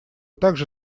также